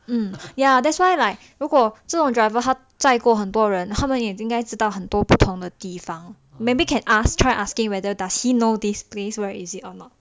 hmm ya that's why like 如果这种 driver 他载过很多人他们应该知道很多不同的地方 maybe can ask try asking whether does he know this place where is it or not